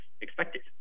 expected